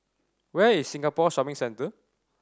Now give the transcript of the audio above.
where is Singapore Shopping Centre